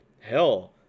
hell